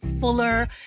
fuller